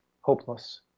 hopeless